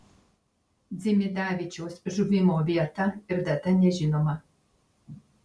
dzimidavičiaus žuvimo vieta ir data nežinoma